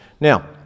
Now